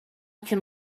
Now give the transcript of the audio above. can